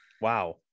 Wow